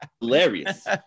Hilarious